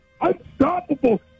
unstoppable